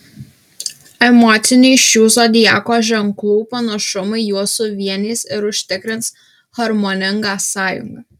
emociniai šių zodiako ženklų panašumai juos suvienys ir užtikrins harmoningą sąjungą